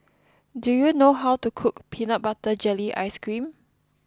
do you know how to cook Peanut Butter Jelly Ice Cream